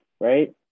right